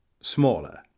smaller